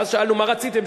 ואז שאלו: מה רציתם,